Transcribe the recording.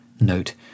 Note